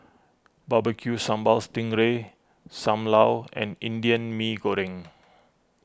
Barbecue Sambal Sting Ray Sam Lau and Indian Mee Goreng